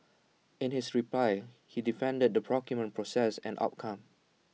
in his reply he defended the procurement process and outcome